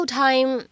time